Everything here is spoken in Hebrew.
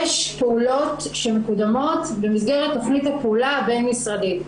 יש פעולות שמקודמות במסגרת תכנית הפעולה הבין משרדית,